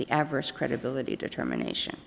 the adverse credibility determination